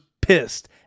pissed